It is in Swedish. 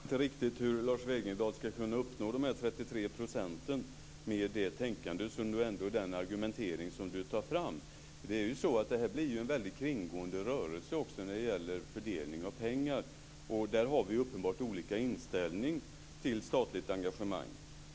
Fru talman! Jag förstår fortfarande inte riktigt hur Lars Wegendal skall kunna uppnå dessa 33 % med det tänkande och den argumentering som han tar fram. Detta blir ju en mycket kringgående rörelse också när det gäller fördelning av pengar. Där har vi uppenbart olika inställning till statligt engagemang.